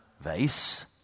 vase